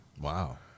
Wow